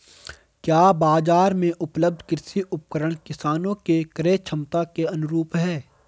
क्या बाजार में उपलब्ध कृषि उपकरण किसानों के क्रयक्षमता के अनुरूप हैं?